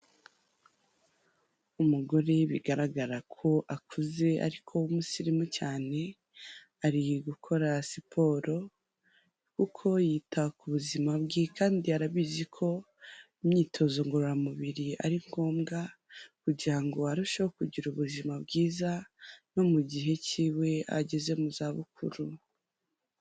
Umugore bigaragara ko akuze ariko w'umusirimu cyane, ari gukora siporo kuko yita ku buzima bwe kandi arabizi ko imyitozo ngororamubiri ari ngombwa, kugira ngo arusheho kugira ubuzima bwiza no mu gihe kiwe ageze mu za bukuru.